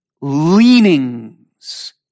leanings